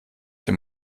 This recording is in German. dem